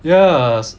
ya